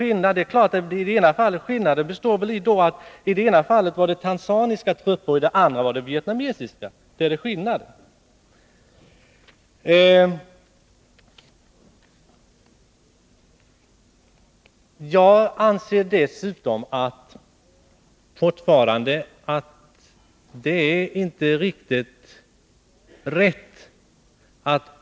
I det ena fallet var det tanzaniska trupper och i det andra vietnamesiska — där ligger skillnaden.